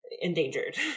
endangered